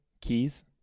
Keys